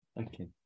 Okay